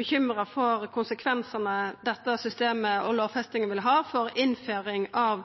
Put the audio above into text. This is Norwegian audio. bekymra for konsekvensane dette systemet og lovfestinga vil ha for innføring av